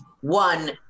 one